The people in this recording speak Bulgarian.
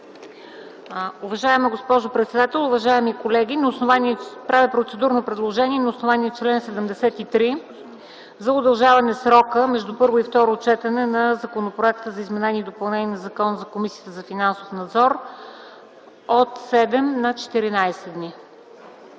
Уважаема госпожо председател, уважаеми колеги, правя процедурно предложение на основание чл. 73 за удължаване срока между първо и второ четене на Законопроекта за изменение и допълнение на Закона за Комисията за финансов надзор от 7 на 14 дни.